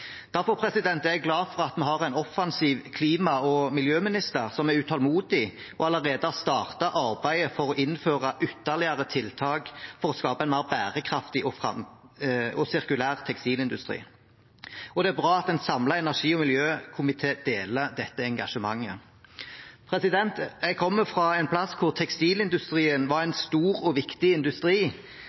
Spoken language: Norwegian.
Derfor er jeg glad for at vi har en offensiv klima- og miljøministeren, som er utålmodig og allerede har startet arbeidet for å innføre ytterligere tiltak for å skape en mer bærekraftig og sirkulær tekstilindustri. Det er bra at en samlet energi- og miljøkomité deler dette engasjementet. Jeg kommer fra en plass hvor tekstilindustrien var en stor og viktig industri.